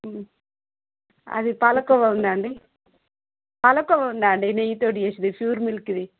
అది పాలకోవా ఉందా అండి పాలకోవా ఉందా అండి నెయ్యితోటి చేసింది ప్యూర్ మిల్క్ది